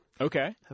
Okay